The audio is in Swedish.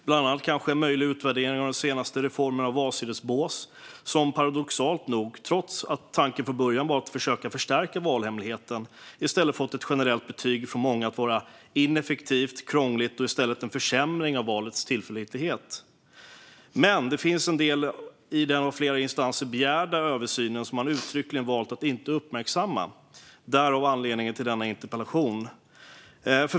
Bland annat gör man kanske en utvärdering av den senaste reformen med valsedelsbås, som paradoxalt nog, då tanken från början var att försöka förstärka valhemligheten, fått det generella betyget från många att det är ineffektivt, krångligt och i stället en försämring av valets tillförlitlighet. Men det finns en del i den av flera instanser begärda översynen som man uttryckligen valt att inte uppmärksamma. Därav anledningen till denna interpellation.